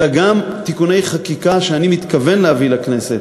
אלא גם תיקוני חקיקה שאני מתכוון להביא לכנסת